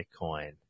Bitcoin